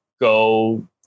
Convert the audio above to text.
go